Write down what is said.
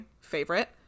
favorite